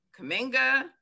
Kaminga